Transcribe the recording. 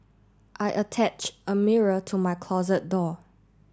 I attach a mirror to my closet door